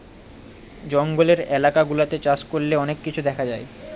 জঙ্গলের এলাকা গুলাতে চাষ করলে অনেক কিছু দেখা যায়